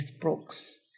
Brooks